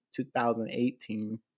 2018